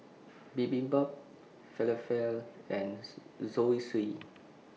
Bibimbap Falafel and Zosui